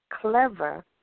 clever